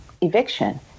eviction